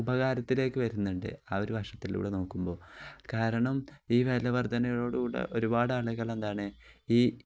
ഉപകാരത്തിലേക്ക് വരുന്നുണ്ട് ആ ഒരു വശത്തിലൂടെ നോക്കുമ്പോൾ കാരണം ഈ വിലവർധനയോടു കൂടെ ഒരുപാട് ആളുകൾ എന്താണ് ഈ